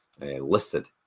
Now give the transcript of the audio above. listed